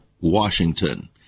Washington